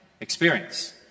experience